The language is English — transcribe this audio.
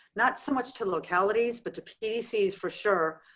not so much to localities, but to pdcs, for sure.